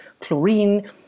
chlorine